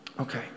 Okay